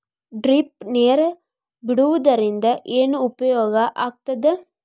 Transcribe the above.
Drip ನೇರ್ ಬಿಡುವುದರಿಂದ ಏನು ಉಪಯೋಗ ಆಗ್ತದ?